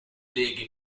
leghe